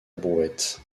brouette